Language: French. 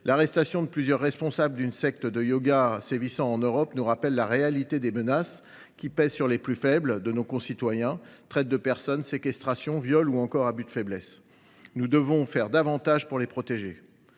L’arrestation de plusieurs responsables d’une secte de yoga sévissant en Europe nous rappelle la réalité des menaces qui pèsent sur les plus faibles de nos concitoyens : traite, séquestration, viol, ou encore abus de faiblesse. Nous devons œuvrer davantage à leur protection.